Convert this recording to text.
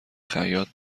خیاط